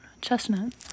chestnut